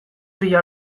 bila